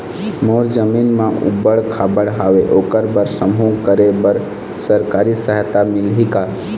मोर जमीन म ऊबड़ खाबड़ हावे ओकर बर समूह करे बर सरकारी सहायता मिलही का?